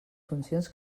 funcions